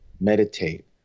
meditate